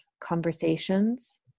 conversations